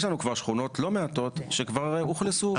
יש לנו כבר שכונות לא מעטות שכבר אוכלסו.